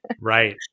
Right